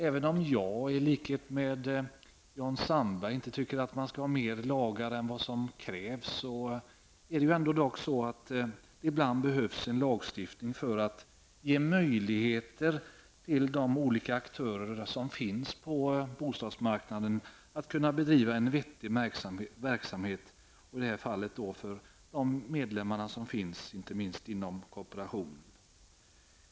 Även om jag i likhet med Jan Sandberg tycker att det inte skall finnas mer lagar än vad som krävs, menar jag att det ibland behövs en lagstiftning för att ge möjligheter till de olika aktörer som finns på bostadsmarknaden att kunna bedriva en vettig verksamhet för medlemmarna, inte minst inom kooperationen.